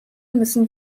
müssen